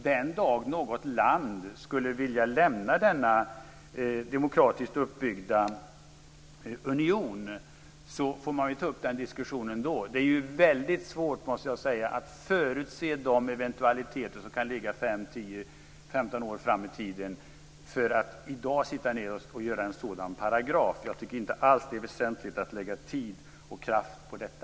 Den dag något land skulle vilja lämna denna demokratiskt uppbyggda union får man ta upp diskussionen om det. Jag måste säga att det är väldigt svårt att förutse de eventualiteter som kan ligga 5, 10 eller 15 år framåt i tiden för att i dag sitta ned och göra en sådan paragraf. Jag tycker inte alls att det är väsentligt att lägga tid och kraft på detta.